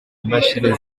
imashini